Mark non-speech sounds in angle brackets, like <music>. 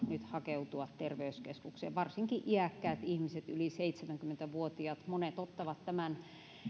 <unintelligible> nyt hakeutua terveyskeskukseen varsinkin monet iäkkäät ihmiset yli seitsemänkymmentä vuotiaat ottavat tämän